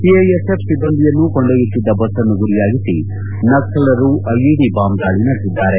CISF ಸಿಬ್ಬಂದಿಯನ್ನು ಕೊಂಡೊಯ್ತುತ್ತಿದ್ದ ಬಸ್ಸನ್ನು ಗುರಿಯಾಗಿಸಿ ನಕ್ಲರು ಐಇಡಿ ಬಾಂಬ್ ದಾಳಿ ನಡೆಸಿದ್ದಾರೆ